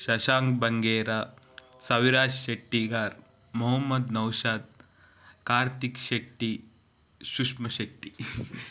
Shashank Bangera Saviraj Shettigar Mohammed Naushad Karthik Shetty Sushma Shetty